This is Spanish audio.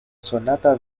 sonata